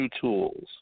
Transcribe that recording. tools